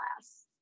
class